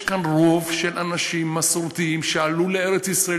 יש כאן רוב של אנשים מסורתיים שעלו לארץ-ישראל